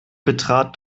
betrat